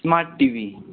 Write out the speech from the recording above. smart TV